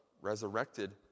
resurrected